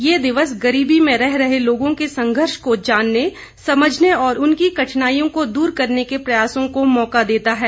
यह दिवस गरीबी में रह रहे लोगों के संघर्ष को जानने समझने और उनकी कठिनाइयों को दूर करने के प्रयासों का मौका देता है